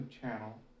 channel